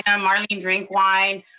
um marlene drinkwine,